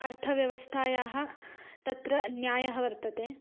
अर्थव्यवस्थायाः तत्र न्यायः वर्तते